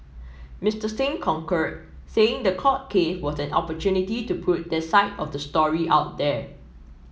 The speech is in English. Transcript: Mister Singh concurred saying the court case was an opportunity to put their side of the story out there